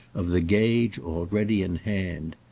of the gage already in hand.